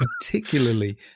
particularly